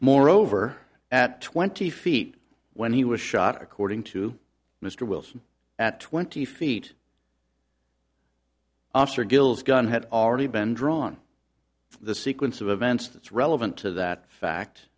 moreover at twenty feet when he was shot according to mr wilson at twenty feet after gill's gun had already been drawn the sequence of events that's relevant to that fact